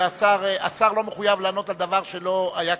השר לא מחויב לענות על דבר שלא היה כתוב,